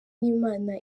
n’imana